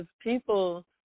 people